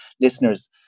listeners